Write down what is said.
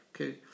Okay